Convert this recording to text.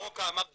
בסורוקה אמרת